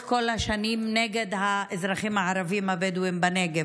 כל השנים נגד האזרחים הערבים הבדואים בנגב.